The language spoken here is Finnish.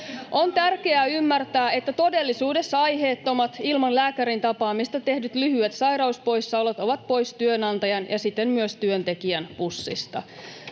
On tärkeää ymmärtää, että todellisuudessa aiheettomat, ilman lääkärin tapaamista tehdyt lyhyet sairauspoissaolot ovat pois työnantajan ja siten myös työntekijän pussista.